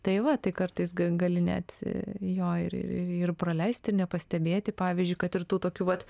tai va tai kartais ga gali net jo ir ir praleisti ir nepastebėti pavyzdžiui kad ir tu tokių vat